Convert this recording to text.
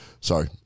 Sorry